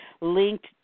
linked